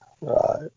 right